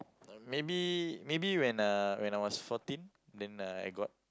maybe maybe when uh when I was fourteen then I got